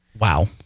Wow